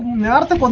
none of the